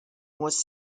was